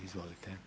Izvolite.